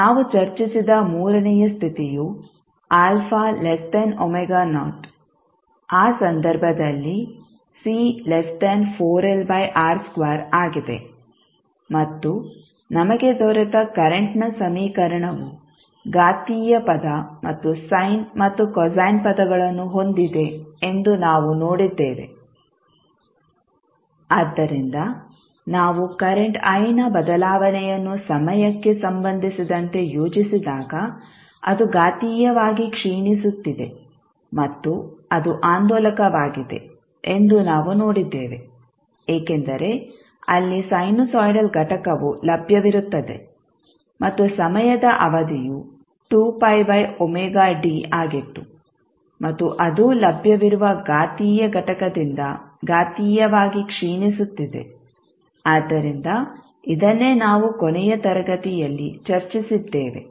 ಈಗ ನಾವು ಚರ್ಚಿಸಿದ ಮೂರನೆಯ ಸ್ಥಿತಿಯು ಆ ಸಂದರ್ಭದಲ್ಲಿ ಆಗಿದೆ ಮತ್ತು ನಮಗೆ ದೊರೆತ ಕರೆಂಟ್ನ ಸಮೀಕರಣವು ಘಾತೀಯ ಪದ ಮತ್ತು ಸೈನ್ ಮತ್ತು ಕೊಸೈನ್ ಪದಗಳನ್ನು ಹೊಂದಿದೆ ಎಂದು ನಾವು ನೋಡಿದ್ದೇವೆ ಆದ್ದರಿಂದ ನಾವು ಕರೆಂಟ್ i ನ ಬದಲಾವಣೆಯನ್ನು ಸಮಯಕ್ಕೆ ಸಂಬಂಧಿಸಿದಂತೆ ಯೋಜಿಸಿದಾಗ ಅದು ಘಾತೀಯವಾಗಿ ಕ್ಷೀಣಿಸುತ್ತಿದೆ ಮತ್ತು ಅದು ಆಂದೋಲಕವಾಗಿದೆ ಎಂದು ನಾವು ನೋಡಿದ್ದೇವೆ ಏಕೆಂದರೆ ಅಲ್ಲಿ ಸೈನುಸೈಡಲ್ ಘಟಕವು ಲಭ್ಯವಿರುತ್ತದೆ ಮತ್ತು ಸಮಯದ ಅವಧಿಯು ಆಗಿತ್ತು ಮತ್ತು ಅದೂ ಲಭ್ಯವಿರುವ ಘಾತೀಯ ಘಟಕದಿಂದ ಘಾತೀಯವಾಗಿ ಕ್ಷೀಣಿಸುತ್ತಿದೆ ಆದ್ದರಿಂದ ಇದನ್ನೇ ನಾವು ಕೊನೆಯ ತರಗತಿಯಲ್ಲಿ ಚರ್ಚಿಸಿದ್ದೇವೆ